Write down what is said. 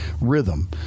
rhythm